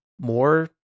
more